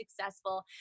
successful